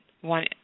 one